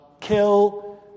kill